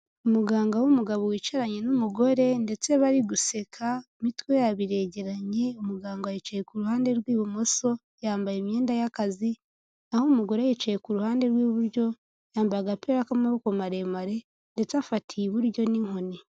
Umuganga w'umugabo wicaranye n'umugore ndetse bari guseka imitwe yabo iregeranye umuganga yicaye ku ruhande rw'ibumoso yambaye imyenda y'akazi naho umugore yicaye ku ruhande rw'iburyo yambaye agapira k'amaboko maremare ndetse afatiye iburyo n'inkoni.